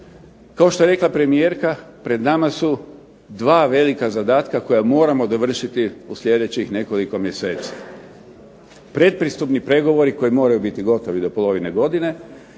Kao što je rekla premijerka pred nama su dva velika zadatka koja moramo dovršiti u sljedećih nekoliko mjeseci. Pretpristupni pregovori koji moraju biti gotovi do polovine godine